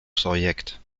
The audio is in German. projekt